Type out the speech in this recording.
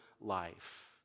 life